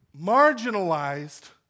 marginalized